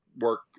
work